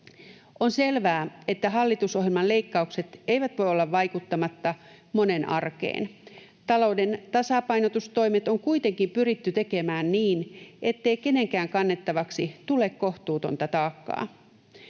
On selvää, että hallitusohjelman leikkaukset eivät voi olla vaikuttamatta monen arkeen. Talouden tasapainotustoimet on kuitenkin pyritty tekemään niin, ettei kenenkään kannettavaksi tule kohtuutonta taakkaa.